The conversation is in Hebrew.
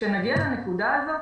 כשנגיע לנקודה הזאת,